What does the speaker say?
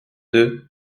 deux